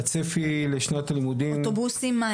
אוטובוסים, מה?